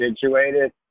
situated